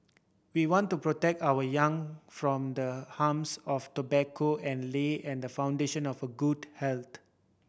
we want to protect our young from the harms of tobacco and lay and foundation of a good health